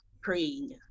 praying